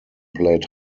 played